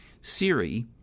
Siri